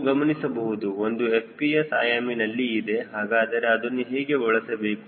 ನೀವು ಗಮನಿಸಬಹುದು ಇದು FPS ಆಯಾಮಿನಲ್ಲಿ ಇದೆ ಹಾಗಾದರೆ ಅದನ್ನು ಹೇಗೆ ಬಳಸಬೇಕು